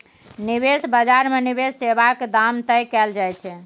निबेश बजार मे निबेश सेबाक दाम तय कएल जाइ छै